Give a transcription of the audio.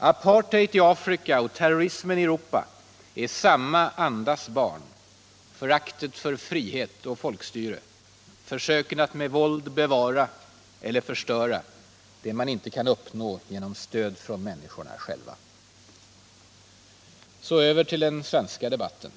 Apartheid i Afrika och terrorismen i Europa är samma andas barn: föraktet för frihet och folkstyrelse, försöken att med våld bevara eller förstöra det man inte kan uppnå genom stöd från människorna själva. Så över till den svenska debatten.